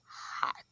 hot